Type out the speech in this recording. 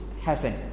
Hassan